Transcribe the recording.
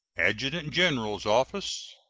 adjutant general's office,